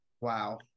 Wow